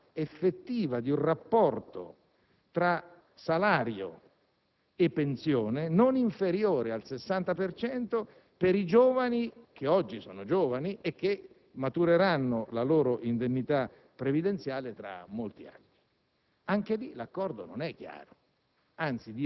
questione è quella dell'esigibilità effettiva di un rapporto tra salario e pensione non inferiore al 60 per cento per coloro che oggi sono giovani e che matureranno la loro indennità previdenziale tra molti anni.